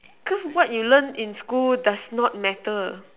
cause what you learned in school does not matter